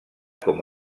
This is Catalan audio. com